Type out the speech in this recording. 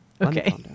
Okay